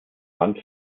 wand